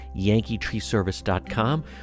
yankeetreeservice.com